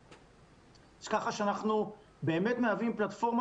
אז ככה שאנחנו באמת מהווים פלטפורמה